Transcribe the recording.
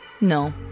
No